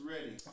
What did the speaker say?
ready